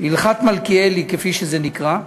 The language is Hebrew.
הלכת מלכיאלי, כפי שזה נקרא,